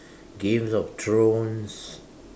Games of Thrones